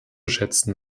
schätzen